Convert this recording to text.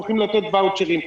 הולכים לתת ואוצ'רים.